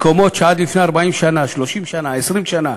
מקומות שעד לפני 40 שנה, 30 שנה, 20 שנה,